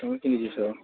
କେଉଁଠିକି ଯିବେ ସାର୍